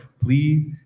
please